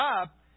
up